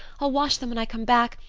i'll wash them when i come back,